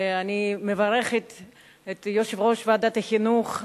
ואני מברכת את יושב-ראש ועדת החינוך,